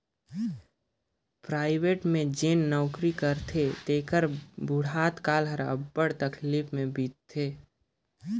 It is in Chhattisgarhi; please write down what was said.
पराइबेट में जेन नउकरी करथे तेकर बुढ़त काल हर अब्बड़ तकलीफ में बीतथे